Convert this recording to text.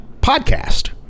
podcast